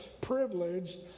privileged